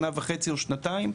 שנה וחצי או שנתיים,